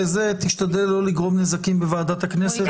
תשתדל לא לגרום נזקים בוועדת הכנסת.